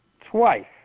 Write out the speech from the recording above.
twice